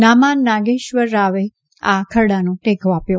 નામા નાગેશ્વરરાવે આ ખરડાને ટેકો આપ્યો